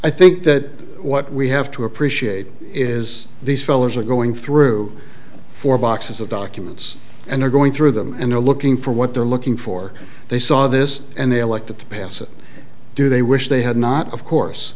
i think that what we have to appreciate is these fellers are going through four boxes of documents and they're going through them and they're looking for what they're looking for they saw this and they elected to pass it do they wish they had not of course